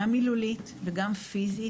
גם מילולית וגם פיזית.